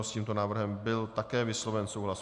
S tímto návrhem byl také vysloven souhlas.